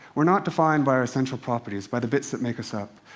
we're not defined by our central properties, by the bits that make us up.